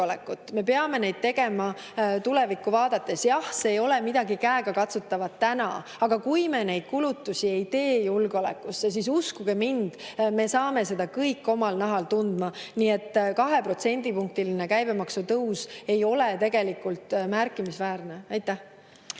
Me peame neid tegema tulevikku vaadates. Jah, see ei ole midagi käegakatsutavat, aga kui me ei tee neid kulutusi julgeolekusse, siis uskuge mind, me saame seda kõik omal nahal tundma. Nii et 2%‑line käibemaksu tõus ei ole tegelikult märkimisväärne. Aitäh!